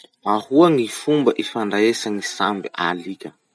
Ahoa gny fomba ifandraesagn'ny samby alika?